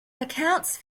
accounts